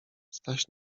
staś